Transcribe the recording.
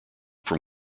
from